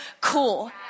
cool